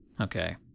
okay